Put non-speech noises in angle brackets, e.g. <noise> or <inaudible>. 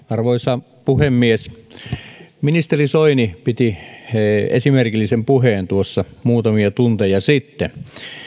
<unintelligible> arvoisa puhemies ministeri soini piti esimerkillisen puheen tuossa muutamia tunteja sitten